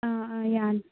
ꯑ ꯑ ꯌꯥꯅꯤ